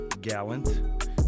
Gallant